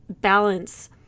balance